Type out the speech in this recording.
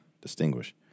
distinguish